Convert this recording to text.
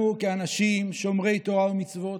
אנחנו, כאנשים שומרי תורה ומצוות,